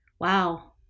Wow